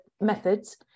methods